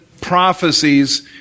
prophecies